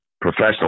professional